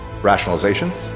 rationalizations